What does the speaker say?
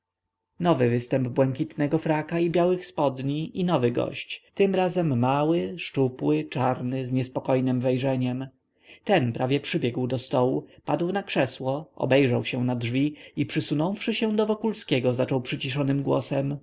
nowy występ błękitnego fraka i białych spodni i nowy gość tym razem mały szczupły czarny z niespokojnem wejrzeniem ten prawie przybiegł do stołu padł na krzesło obejrzał się na drzwi i przysunąwszy się do wokulskiego zaczął przyciszonym głosem